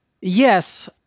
Yes